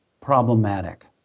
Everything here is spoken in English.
problematic